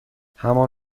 همان